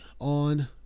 on